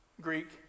Greek